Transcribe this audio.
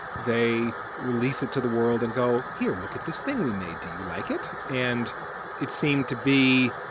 they release it to the world and go, here, look at this thing we made. do you like it? and it seemed to be